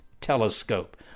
telescope